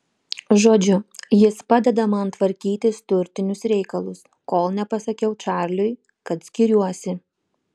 žodžiu jis padeda man tvarkytis turtinius reikalus kol nepasakiau čarliui kad skiriuosi